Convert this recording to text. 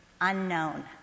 Unknown